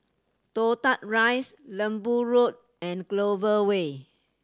Toh Tuck Rise Lembu Road and Clover Way